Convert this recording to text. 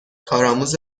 کارآموز